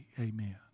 Amen